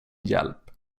hjälp